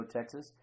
Texas